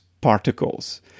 particles